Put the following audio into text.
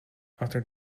after